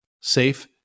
safe